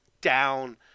down